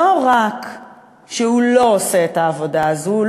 לא רק שהוא לא עושה את העבודה הזו,